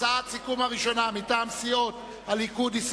הצעת הסיכום הראשונה מטעם סיעות הליכוד,